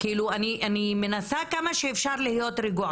אני מנסה להיות רגועה כמה שאפשר,